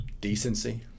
Decency